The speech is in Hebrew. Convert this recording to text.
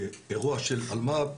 אירוע של אלמ"ב,